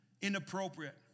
inappropriate